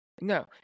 No